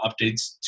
updates